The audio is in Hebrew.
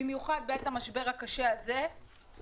במיוחד בעת המשבר הקשה הזה,